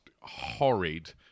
horrid